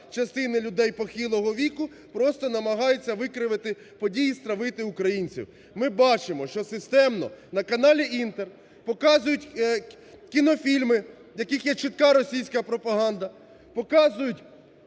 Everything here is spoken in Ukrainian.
частини людей похилого віку, просто намагаються викривити події, стравити українців. Ми бачимо, що системно на каналі "Інтер" показують кінофільми, в яких є чітка російська пропаганда, показують